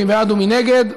מי בעד ומי נגד?